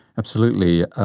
absolutely.